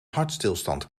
hartstilstand